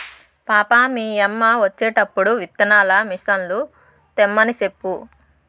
పాపా, మీ యమ్మ వచ్చేటప్పుడు విత్తనాల మిసన్లు తెమ్మని సెప్పు